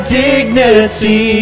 dignity